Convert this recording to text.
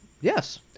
Yes